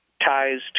ties